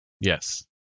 Yes